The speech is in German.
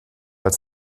als